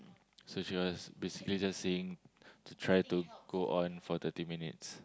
so she was basically just saying to try to go on for thirty minutes